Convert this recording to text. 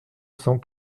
cent